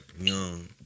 young